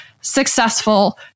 successful